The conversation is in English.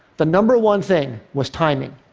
the number one thing was timing.